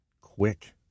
quick